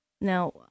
Now